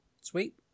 Sweet